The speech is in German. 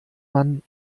man